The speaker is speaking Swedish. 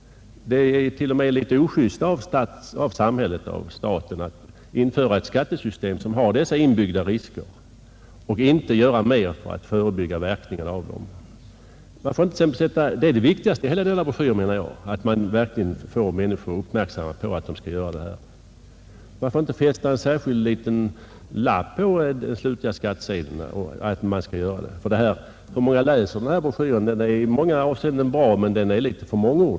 Det är t.o.m. litet ojust av samhället, staten, att införa ett skattesystem som har dessa inbyggda risker och inte bättre söka förebygga verkningarna av dem. Det viktigaste med denna broschyr är att människorna blir uppmärksammade på att de skall göra denna kontroll. Varför inte fästa en särskild liten lapp på den slutliga skattsedeln och uppmana människorna att kontrollera preliminärskatten. Hur många läser denna broschyr? Den är bra, men den är alltför mångordig i många avseenden.